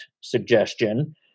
suggestion